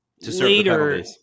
later